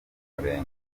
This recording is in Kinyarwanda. murenge